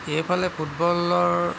এইফালে ফুটবলৰ